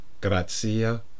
Grazia